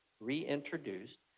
reintroduced